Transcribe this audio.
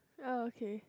ya okay